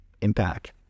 impact